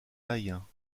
païens